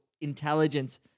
intelligence